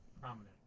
prominent